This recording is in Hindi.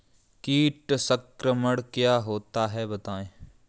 कीट संक्रमण क्या होता है बताएँ?